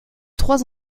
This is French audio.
trois